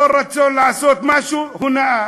כל רצון לעשות משהו, הונאה.